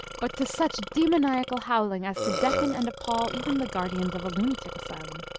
but to such demoniacal howling as to deafen and appall even the guardians of a lunatic asylum.